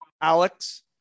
Alex